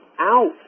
out